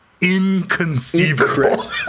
Inconceivable